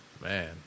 Man